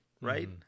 right